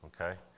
okay